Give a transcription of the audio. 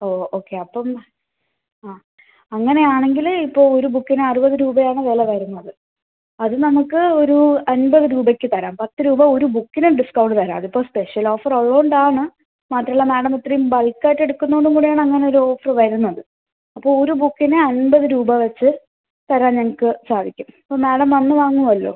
ഓ okay അപ്പം ആ അങ്ങനെയാണെങ്കിൽ ഇപ്പോൾ ഒരു ബുക്കിന് അറുപത് രൂപയാണ് വില വരുന്നത് അത് നമുക്ക് ഒരു അൻപത് രൂപയ്ക്ക് തരാം പത്ത് രൂപ ഒരു ബുക്കിന് ഡിസ്ക്കൗണ്ട് തരാം അതിപ്പോൾ സ്പെഷ്യലോഫറുള്ളതുകൊണ്ടാണ് മത്രവല്ല മാഡവിത്രേം ബൾക്കായിട്ടെടുക്കുന്നോണ്ടും കൂടെയാണ് അങ്ങനൊരോഫറ് വരുന്നത് അപ്പോൾ ഒരു ബുക്കിന് അൻപത് രൂപ വെച്ച് തരാൻ ഞങ്ങൾക്ക് സാധിക്കും അപ്പം മാഡം വന്ന് വാങ്ങുവല്ലോ